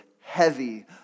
heavy